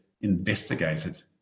investigated